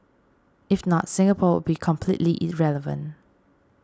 if not Singapore would be completely irrelevant